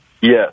Yes